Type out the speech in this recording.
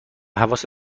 حواست